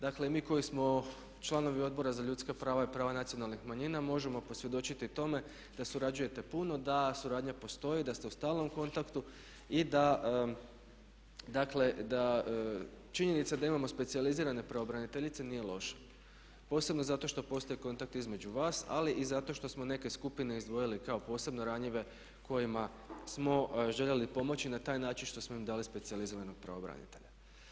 Dakle mi koji smo članovi Odbora za ljudska prava i prava nacionalnih manjina možemo posvjedočiti tome da surađujete puno, da suradnja postoji, da ste u stalnom kontaktu i da, dakle da činjenica da imamo specijalizirane pravobraniteljice nije loša posebno zato što postoje kontakti između vas, ali i zato što smo neke skupine izdvojili kao posebno ranjive kojima smo željeli pomoći na taj način što smo im dali specijaliziranog pravobranitelja.